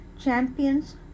Champions